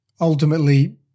ultimately